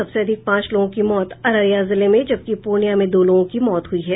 सबसे अधिक पांच लोगों की मौत अररिया जिले में जबकि पूर्णियां में दो लोगों की मौत हुई है